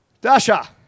Dasha